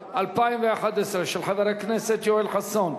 התשע"א 2011, של חבר הכנסת יואל חסון.